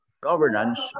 governance